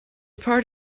part